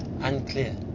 unclear